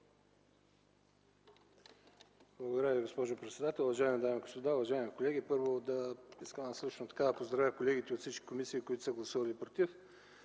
Благодаря Ви, госпожо председател. Уважаеми дами и господа, уважаеми колеги! Първо искам да поздравя колегите от всички комисии, които са гласували „против”